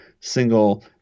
single